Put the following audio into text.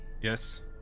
Yes